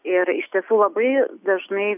ir iš tiesų labai dažnai